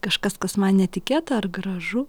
kažkas kas man netikėta ar gražu